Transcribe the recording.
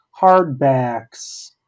hardbacks